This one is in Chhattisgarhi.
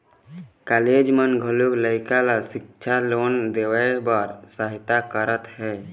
कॉलेज मन घलोक लइका ल सिक्छा लोन देवाए बर सहायता करत हे